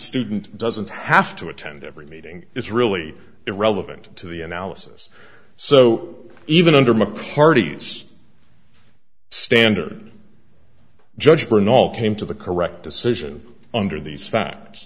student doesn't have to attend every meeting it's really irrelevant to the analysis so even under mccarthy's standard judge brinn all came to the correct decision under these fa